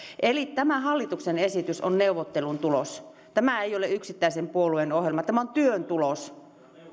eli tämä hallituksen esitys on neuvottelun tulos tämä ei ole yksittäisen puolueen ohjelma tämä on työn tulos